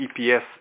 EPS